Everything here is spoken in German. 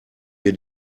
wir